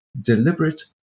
deliberate